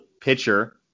pitcher